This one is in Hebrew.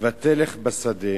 ותלך בשדה